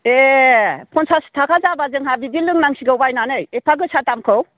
ए पन्सास थाखा जाब्ला जोंहा बिदि लोंनांसिगौ बायनानै एफा गोसा दामखौ